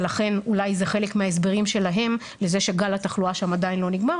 לכן אולי זה חלק מההסברים שלהם לזה שגל התחלואה שם עדיין לא נגמר,